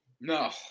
No